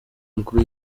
umukuru